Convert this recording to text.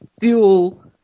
Fuel